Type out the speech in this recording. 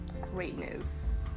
greatness